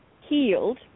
healed